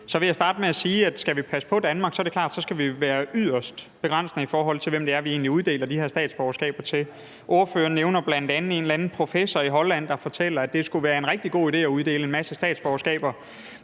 vil jeg sige, at hvis vi skal passe på Danmark, er det klart, at vi skal lægge store begrænsninger på, hvem vi uddeler de her statsborgerskaber til. Ordføreren nævner bl.a. en eller anden professor i Holland, der fortæller, at det skulle være en rigtig god idé at uddele en masse statsborgerskaber,